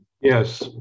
Yes